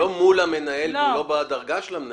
לא מול המנהל והוא לא בדרגה של המנהל.